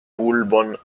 pulvon